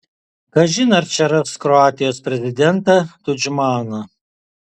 kažin ar čia ras kroatijos prezidentą tudžmaną